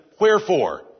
wherefore